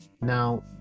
now